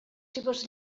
seves